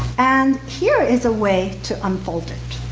and here is a way to unfold it.